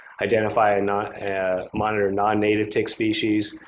identifying not monitor nonnative ticks species,